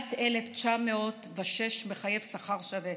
משנת 1996 מחייב שכר שווה,